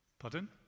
pardon